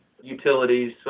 utilities